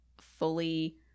fully